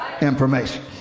Information